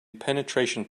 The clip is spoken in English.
penetration